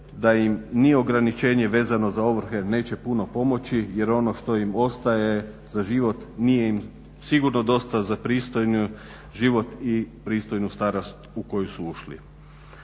da im ni ograničenje vezano za ovrhe neće puno pomoći jer ono što im ostaje za život nije im sigurno dosta za pristojan život i pristojnu starost u koju su ušli.